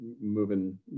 moving